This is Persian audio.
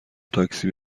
تاکسی